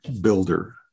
builder